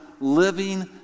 living